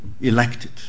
elected